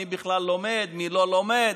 מי בכלל לומד, מי לא לומד?